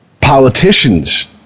politicians